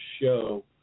show